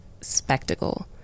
spectacle